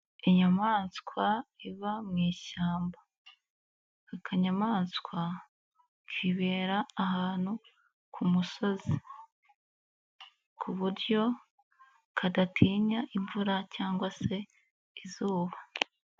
Inyamaswa iba mu ishyamba, akanyamaswa kibera ahantu ku musozi ku buryo kadatinya imvura cyangwa se izuba.